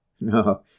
No